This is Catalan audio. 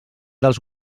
dels